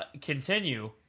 Continue